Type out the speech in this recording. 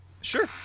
Sure